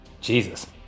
Jesus